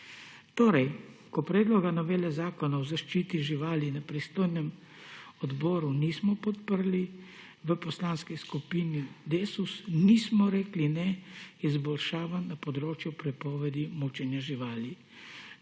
Torej, ko predloga novele Zakona o zaščiti živali na pristojnem odboru nismo podprli, v Poslanski skupini Desus nismo rekli ne izboljšavam na področju prepovedi mučenja živali.